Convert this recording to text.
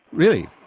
really?